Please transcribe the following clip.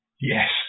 Yes